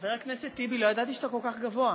חבר הכנסת טיבי, לא ידעתי שאתה כל כך גבוה.